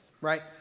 right